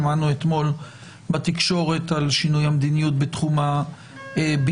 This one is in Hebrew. שמענו אתמול בתקשורת על שינוי המדיניות בתחום הבידודים,